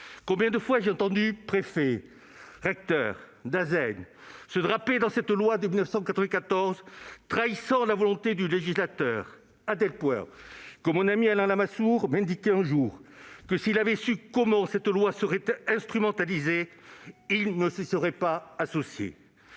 services de l'éducation nationale (Dasen) se draper dans cette loi de 1994, trahissant la volonté du législateur à tel point que mon ami Alain Lamassoure m'indiquait un jour que, s'il avait su comment cette loi serait instrumentalisée, il ne s'y serait pas associé.